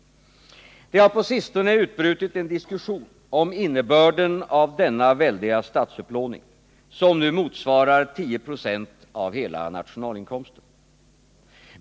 Det har på sistone utbrutit en diskussion om innebörden av denna väldiga statsupplåning, som nu motsvarar 10 96 av hela nationalinkomsten.